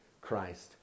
Christ